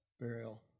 burial